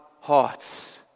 hearts